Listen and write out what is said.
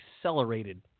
accelerated